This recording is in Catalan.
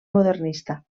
modernista